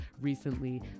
recently